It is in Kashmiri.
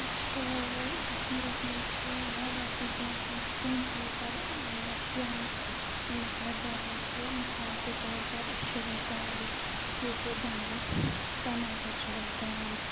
أسۍ چھِ کَشمیٖرَس منٛز چھِ وارِیاہ قٕسمَن ہٕنٛدۍ تِم کریٖپَر پٕلانٛٹٕس یِم أسۍ وۄپداوان چھِ مِثال کے طور پَر أسۍ چھِ وۄپداوان ییٚتہِ گَنٛڈٕ ٹَماٹَر چھِ وۄپداوان